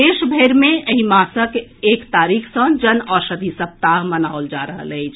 देशभरि मे एहि मासक एक तारीख सँ जन औषधि सप्ताह मनाओल जा रहल अछि